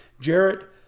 Jarrett